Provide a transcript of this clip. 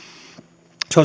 se